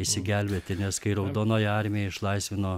išsigelbėti nes kai raudonoji armija išlaisvino